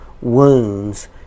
wounds